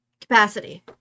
capacity